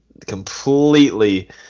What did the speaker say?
completely